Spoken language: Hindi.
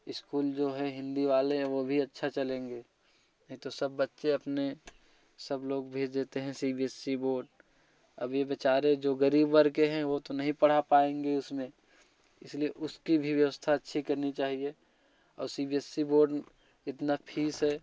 स्कूल जो है हिंदी वाले हैं वो भी अच्छा चलेंगे नहीं तो सब बच्चे अपने सब लोग भेज देते हैं C B S E board अभी बेचारे जो गरीब वर्ग के हैं वो तो नहीं पढ़ा पाएँगे उसमें इसलिए उसकी भी व्यवस्था अच्छी करनी चाहिए और C B S E board इतना फीस है